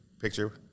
picture